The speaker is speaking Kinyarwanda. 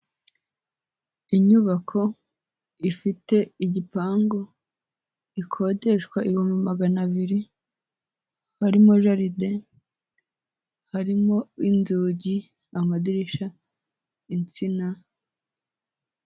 Inyubako ifite igipangu, ikodeshwa ibihumbi magana abiri; harimo jaride, harimo inzugi, amadirishya, insina.